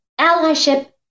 allyship